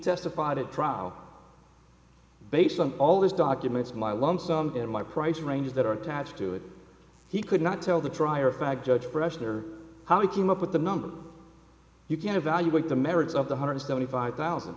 testified at trial based on all these documents my lump sum in my price range that are attached to it he could not tell the trier of fact judge oppression or how he came up with the numbers you can evaluate the merits of the hundred seventy five thousand